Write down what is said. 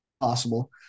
possible